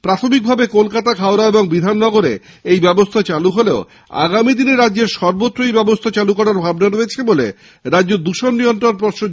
প্রাথমিকভাবে কলকাতা হাওড়া এবং বিধাননগরে এই ব্যবস্থা চালু হলেও আগামী দিনে রাজ্যের সর্বত্রই এই ব্যবস্থা চালু করার ভাবনা রয়েছে রাজ্য দূষণ নিয়ন্ত্রণ পর্ষদের